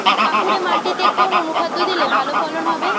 কাঁকুরে মাটিতে কোন অনুখাদ্য দিলে ভালো ফলন হবে?